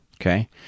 Okay